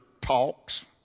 talks